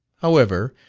however,